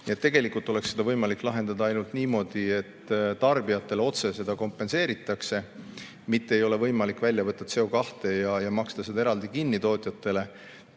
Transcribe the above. et tegelikult oleks seda võimalik lahendada ainult niimoodi, et tarbijatele kompenseeritakse seda otse, mitte ei ole võimalik välja võtta CO2ja maksta seda eraldi tootjatele